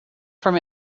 from